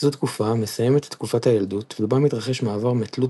זו תקופה המסיימת את תקופת הילדות ובה מתרחש מעבר מתלות